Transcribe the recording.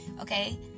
Okay